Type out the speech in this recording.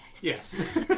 Yes